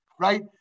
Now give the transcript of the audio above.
right